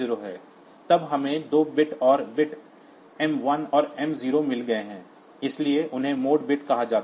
तब हमें 2 और बिट्स m 1 और m 0 मिल गए हैं इसलिए उन्हें मोड बिट कहा जाता है